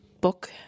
book